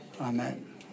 Amen